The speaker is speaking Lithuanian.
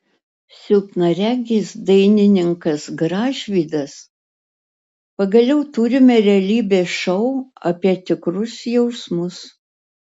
silpnaregis dainininkas gražvydas pagaliau turime realybės šou apie tikrus jausmus